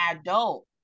adult